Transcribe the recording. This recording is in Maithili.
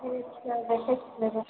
ओ ठीक छै देखए छिऐ